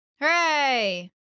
Hooray